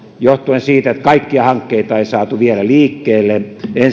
johtuen siitä että kaikkia hankkeita ei saatu vielä liikkeelle